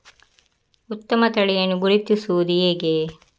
ಉತ್ತಮ ತಳಿಯನ್ನು ಗುರುತಿಸುವುದು ಹೇಗೆ?